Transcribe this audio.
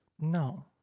No